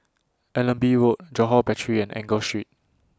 Allenby Road Johore Battery and Enggor Street